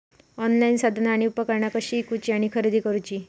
Online साधना आणि उपकरणा कशी ईकूची आणि खरेदी करुची?